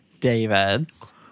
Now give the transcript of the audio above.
David's